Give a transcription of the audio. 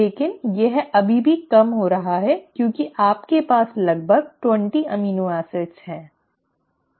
लेकिन यह अभी भी कम हो रहा है क्योंकि आपके पास लगभग 20 एमिनो एसिड हैं